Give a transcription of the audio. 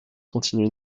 continuent